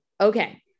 Okay